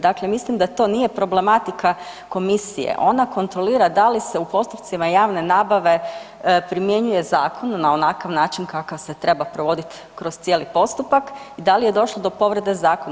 Dakle, mislim da to nije problematika komisije, ona kontrolira da li se u postupcima javne nabave primjenjuje zakon na onakav način kakav se treba provodit kroz cijeli postupak i da li je došlo do povrede zakona.